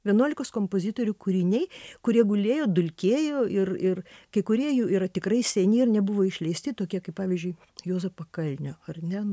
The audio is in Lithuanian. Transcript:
vienuolikos kompozitorių kūriniai kurie gulėjo dulkėjo ir ir kai kurie jų yra tikrai seni ir nebuvo išleisti tokie kaip pavyzdžiui juozo pakalnio ar ne